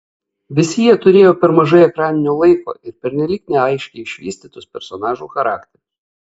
visi jie turėjo per mažai ekraninio laiko ir pernelyg neaiškiai išvystytus personažų charakterius